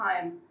time